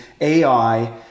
AI